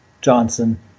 Johnson